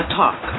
talk